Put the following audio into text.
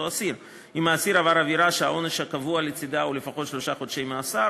אסיר: אם האסיר עבר עבירה שהעונש הקבוע לצדה הוא לפחות שלושה חודשי מאסר,